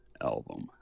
album